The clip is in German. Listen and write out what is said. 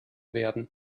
werden